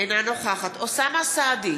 אינה נוכחת אוסאמה סעדי,